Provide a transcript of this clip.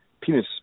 penis